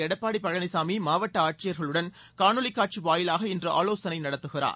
எடப்பாடி பழனிசாமி மாவட்ட ஆட்சியர்களுடன் காணொலிக் காட்சி வாயிலாக இன்று ஆலோசனை நடத்துகிறார்